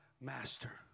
master